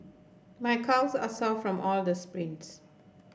my calves are sore from all the sprints